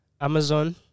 Amazon